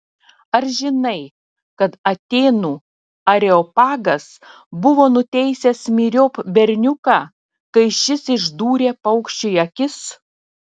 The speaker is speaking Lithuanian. ar žinai kad atėnų areopagas buvo nuteisęs myriop berniuką kai šis išdūrė paukščiui akis